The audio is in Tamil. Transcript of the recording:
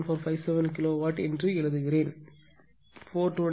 7457 கிலோவாட் எழுதுகிறேன் 423